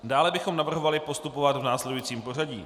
Dále bychom navrhovali postupovat v následujícím pořadí.